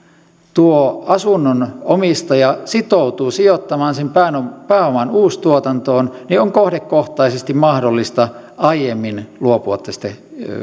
tuo asunnon omistaja sitoutuu sijoittamaan sen pääoman pääoman uustuotantoon on kohdekohtaisesti mahdollista aiemmin luopua tästä